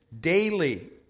daily